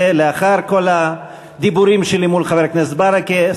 לאחר כל הדיבורים שלי מול חבר הכנסת ברכה.